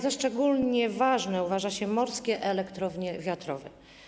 Za szczególnie ważne uważa się morskie elektrownie wiatrowe.